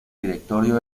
directorio